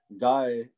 guy